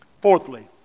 Fourthly